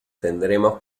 tendremos